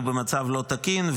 במצב לא תקין.